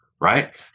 right